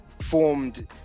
formed